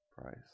price